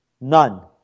None